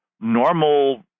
normal